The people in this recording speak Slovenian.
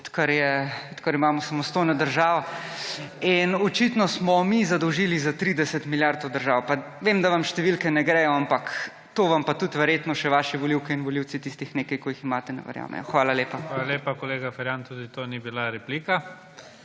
odkar imamo samostojno državo. In očitno smo mi zadolžili za 30 milijard to državo. Pa vem, da vam številke ne grejo, ampak to vam pa tudi verjetno še vaše volivke in volivci tistih nekaj, ki jih imate, ne verjamejo. Hvala lepa. PREDSEDNIK IGOR ZORČIČ: Hvala lepa. Kolega Ferjan, tudi to ni bila replika.